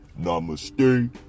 namaste